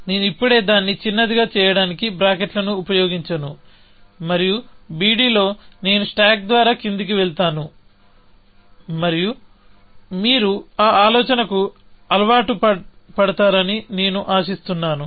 నేను ఇప్పుడే దాన్ని చిన్నదిగా చేయడానికి బ్రాకెట్లను ఉపయోగించను మరియు BD లో నేను స్టాక్ ద్వారా క్రిందికి వెళ్తాను మరియు మీరు ఆ ఆలోచనకు అలవాటు పడతారని నేను ఆశిస్తున్నాను